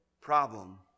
problem